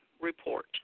report